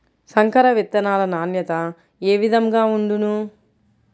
సంకర విత్తనాల నాణ్యత ఏ విధముగా ఉండును?